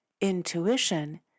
Intuition